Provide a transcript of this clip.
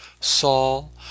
Saul